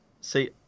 See